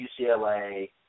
UCLA